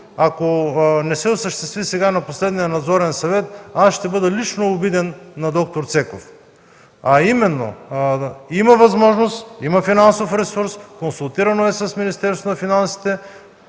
ако не се осъществи сега на последния Надзорен съвет, аз ще бъде лично обиден на д-р Цеков, а именно е, че има възможност, има финансов ресурс, консултирано е с Министерството на финансите,